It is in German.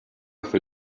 für